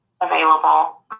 available